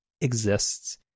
exists